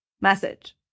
message